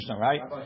right